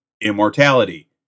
immortality